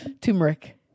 Turmeric